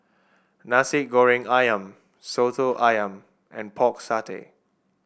Nasi Goreng ayam soto ayam and Pork Satay